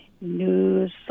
news